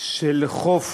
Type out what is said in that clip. של חוף